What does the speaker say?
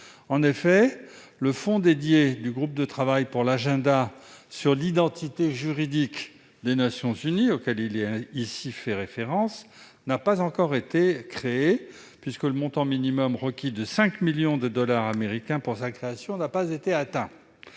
En effet, le fonds dédié du groupe de travail pour l'agenda sur l'identité juridique des Nations unies, auquel il est ici fait référence, n'a pas encore été créé, car le montant minimum requis de 5 millions de dollars américains n'a pas été atteint.